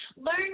Learn